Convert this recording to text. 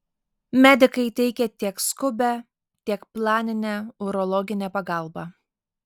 medikai teikia tiek skubią tiek planinę urologinę pagalbą